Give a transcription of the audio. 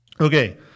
okay